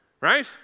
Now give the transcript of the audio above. Right